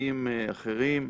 משפטיים אחרים,